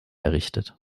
errichtet